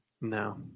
No